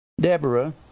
Deborah